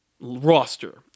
roster